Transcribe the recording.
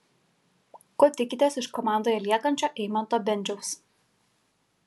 ko tikitės iš komandoje liekančio eimanto bendžiaus